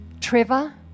Trevor